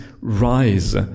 rise